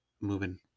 moving